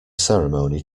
ceremony